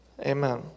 Amen